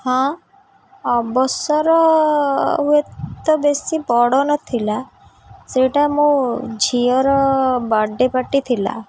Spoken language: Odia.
ହଁ ଅବସର ହୁଏ ତ ବେଶୀ ବଡ଼ ନଥିଲା ସେଇଟା ମୋ ଝିଅର ବାର୍ଥଡ଼େ ପାର୍ଟି ଥିଲା